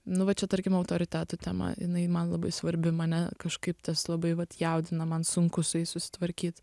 nu va čia tarkim autoritetų tema jinai man labai svarbi mane kažkaip tas labai vat jaudina man sunku su jais susitvarkyt